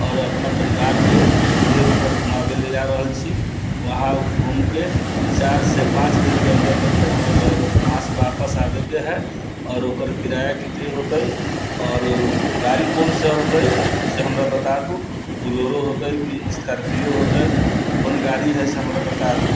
आओर अपना परिवारके देवघर घुमाबे लए जा रहल छी वहाँ घुमिके चारिसे पाँच दिनके अन्दरमे फेर हमरा लौटके वहाँ से आपस आबैके हइ आओर ओकर किराया कते होतै आओर गाड़ी कोनसे होतै से हमरा बताबू बुलेरो होतै कि स्कार्पियो होतै कोन गाड़ी हइ से हमरा बता दिअ